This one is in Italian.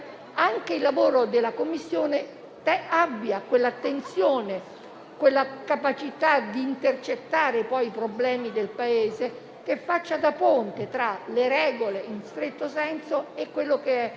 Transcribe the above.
anche il lavoro della Commissione abbia quell'attenzione e quella capacità di intercettare i problemi del Paese, facendo da ponte tra le regole in stretto senso e il